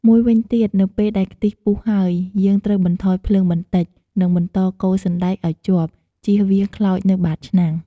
មួយវិញទៀត នៅពេលដែលខ្ទិះពុះហើយ យើងត្រូវបន្ថយភ្លើងបន្តិច និងបន្តកូរសណ្តែកឲ្យជាប់ ជៀសវាងខ្លោចនៅបាតឆ្នាំង។